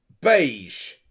beige